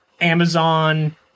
Amazon